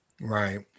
Right